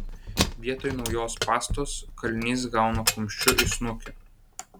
vietoj naujos pastos kalinys gauna kumščiu į snukį